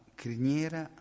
criniera